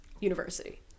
university